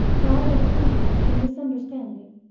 died of kindness and misunderstanding.